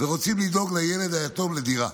ורוצים לדאוג לילד היתום לדירה